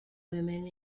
women